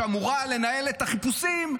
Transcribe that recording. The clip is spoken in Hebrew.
שאמורה לנהל את החיפושים,